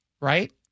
right